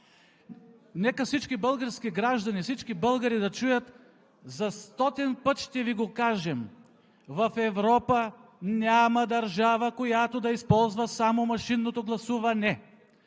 Нека всички български граждани, всички българи да чуят за стотен път ще Ви го кажем: в Европа няма държава, която да използва само машинното гласуване!